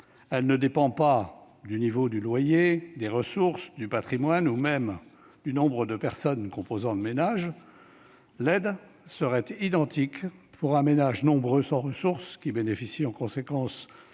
elle ne dépend pas du niveau du loyer, des ressources, du patrimoine ou même du nombre de personnes composant le ménage : l'aide serait identique pour une famille nombreuse sans ressources, qui bénéficie en conséquence